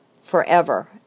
forever